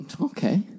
Okay